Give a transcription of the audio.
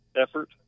effort